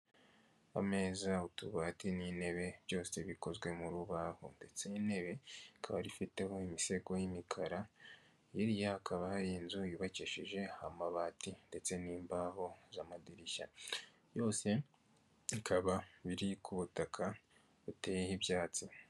Ameza, utubati n'intebe byose bikozwe mu rubaho; ndetse n'intebe ikaba ifiteho imisego y'imikara. Hiriya hakaba hari inzu yubakishije amabati ndetse n'imbaho z'amadirishya, byose bikaba biri ku butaka buteyeho ibyatsi.